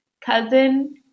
cousin